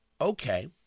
Okay